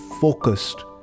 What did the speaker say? focused